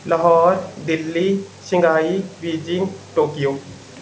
Lahore Delhi Shanghai Beijing Tokyo